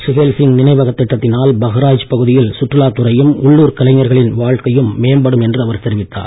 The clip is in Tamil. சுஹேல்சிங் நினைவகத் திட்டத்தினால் பஹ்ராய்ச் பகுதியில் சுற்றுலாத் துறையும் உள்ளுர் கலைஞர்களின் வாழ்க்கையும் மேம்படும் என்று அவர் தெரிவித்தார்